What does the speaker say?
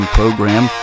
program